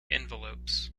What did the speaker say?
envelopes